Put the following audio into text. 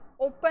open